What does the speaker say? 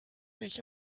mich